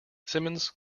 simmons